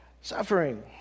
Suffering